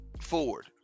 Ford